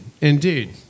Indeed